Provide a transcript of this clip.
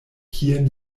kien